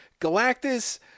Galactus